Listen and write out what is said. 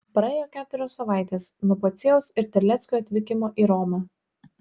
praėjo keturios savaitės nuo pociejaus ir terleckio atvykimo į romą